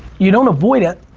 you don't avoid it.